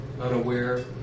unaware